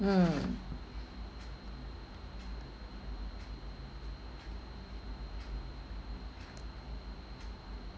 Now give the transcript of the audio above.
mm